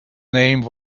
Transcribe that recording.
name